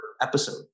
episode